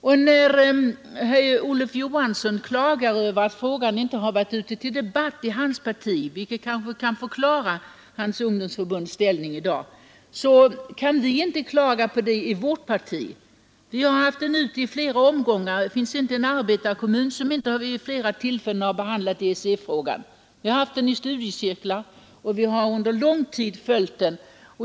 När herr Olof Johansson i Stockholm klagar över att frågan inte varit ute till debatt i hans parti, kan detta kanske förklara hans ungdomsförbunds ställning i dag. Vi kan emellertid inte klaga över detta i vårt parti. Vi har haft frågan ute i flera omgångar — det finns inte en arbetarkommun som inte vid flera tillfällen behandlat den. Vi har haft frågan uppe i studiecirklar, och vi har under lång tid följt den.